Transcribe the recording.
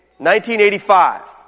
1985